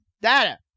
data